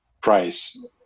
price